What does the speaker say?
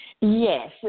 Yes